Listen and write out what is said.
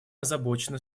озабочена